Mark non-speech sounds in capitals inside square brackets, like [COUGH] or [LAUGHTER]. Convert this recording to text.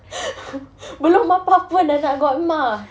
[LAUGHS]